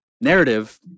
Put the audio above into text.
narrative